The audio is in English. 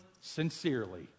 sincerely